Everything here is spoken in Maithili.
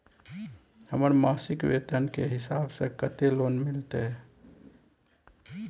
हमर मासिक वेतन के हिसाब स कत्ते लोन मिलते?